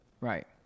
Right